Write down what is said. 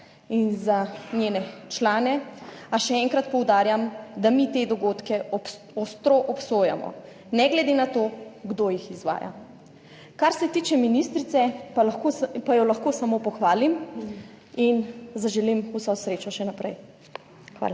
in za njene člane, a še enkrat poudarjam, da mi te dogodke ostro obsojamo ne glede na to, kdo jih izvaja. Kar se tiče ministrice pa lahko pa jo lahko samo pohvalim in zaželim vso srečo še naprej. Hvala.